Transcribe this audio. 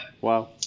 Wow